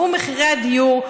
והוא מחירי הדיור.